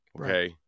Okay